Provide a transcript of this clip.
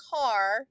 car